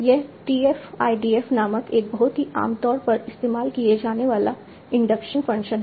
यह TF IDF नामक 1 बहुत ही आमतौर पर इस्तेमाल किया जाने वाला इंडक्शन फ़ंक्शन है